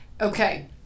okay